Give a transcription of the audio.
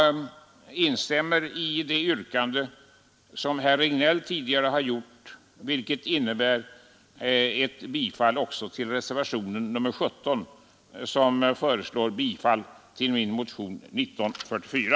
Jag instämmer i det av herr Regnéll tidigare ställda yrkandet om bifall till reservationen 17, i vilken det hemställs om bifall till min motion nr 1944.